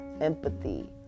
empathy